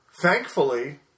thankfully